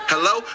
Hello